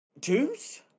tombs